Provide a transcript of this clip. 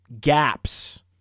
gaps